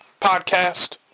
Podcast